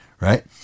right